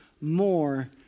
more